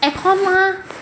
air con mah